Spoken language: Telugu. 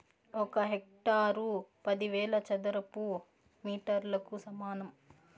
ఒక హెక్టారు పదివేల చదరపు మీటర్లకు సమానం